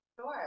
Sure